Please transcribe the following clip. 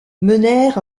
menèrent